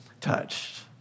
touched